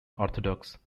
orthodox